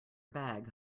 bag